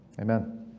amen